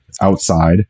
outside